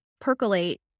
percolate